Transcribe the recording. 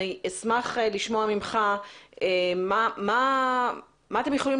אני אשמח לשמוע ממך מה אתם יכולים